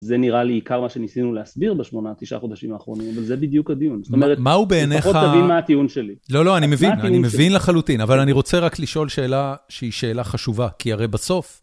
זה נראה לי עיקר מה שניסינו להסביר בשמונה, תשעה חודשים האחרונים, אבל זה בדיוק הדיון. מה הוא בעיניך... זאת אומרת, לפחות תבין מה הטיעון שלי. מה הטיעון שלי? לא, לא, אני מבין, אני מבין לחלוטין, אבל אני רוצה רק לשאול שאלה שהיא שאלה חשובה, כי הרי בסוף...